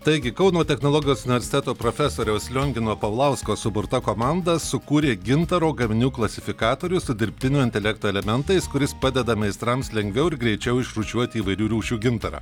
taigi kauno technologijos universiteto profesoriaus liongino paulausko suburta komanda sukūrė gintaro gaminių klasifikatorių su dirbtinio intelekto elementais kuris padeda meistrams lengviau ir greičiau išrūšiuoti įvairių rūšių gintarą